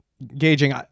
gauging